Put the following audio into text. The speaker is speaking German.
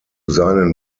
seinen